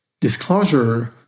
disclosure